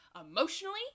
emotionally